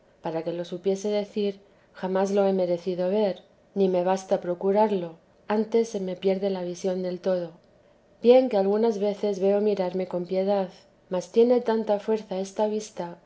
para que lo supiese decir jamás lo he merecido ver ni me basta procurarlo antes se me pierde la visión del todo bien que algunas veces veo mirarme con piedad mas tiene tanta fuerza esta vista